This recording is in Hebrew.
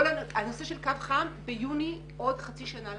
הנושא של קו חם יעלה ביוני עוד חצי שנה.